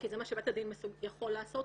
כי זה מה שבית הדין יכול לעשות,